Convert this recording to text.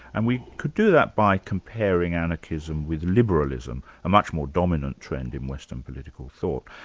and we could do that by comparing anarchism with liberalism, a much more dominant trend in western political thought.